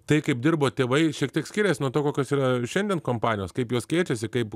tai kaip dirbo tėvai šiek tiek skirias nuo to kokios yra šiandien kompanijos kaip jos keičiasi kaip